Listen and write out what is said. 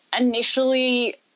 Initially